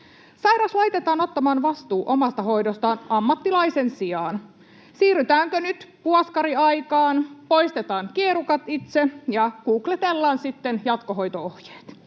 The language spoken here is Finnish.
Sairas laitetaan ottamaan vastuu omasta hoidostaan ammattilaisen sijaan. Siirrytäänkö nyt puoskariaikaan, poistetaan kierukat itse ja googletellaan sitten jatkohoito-ohjeet?